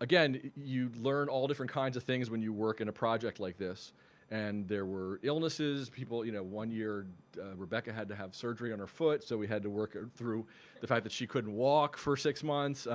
again you learn all different kinds of things when you work in a project like this and there were illnesses, people you know one year rebecca had to have surgery on her foot so we had to work ah through the fact that she couldn't walk for six months.